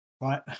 right